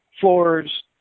floors